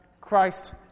Christ